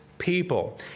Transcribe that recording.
People